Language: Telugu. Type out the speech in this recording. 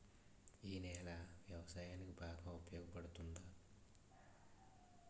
ఈ నేల వ్యవసాయానికి బాగా ఉపయోగపడుతుందా?